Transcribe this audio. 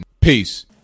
Peace